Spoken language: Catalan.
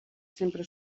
sempre